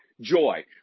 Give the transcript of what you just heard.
joy